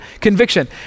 conviction